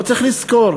אבל צריך לזכור